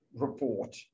report